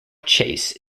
chase